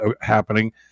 happening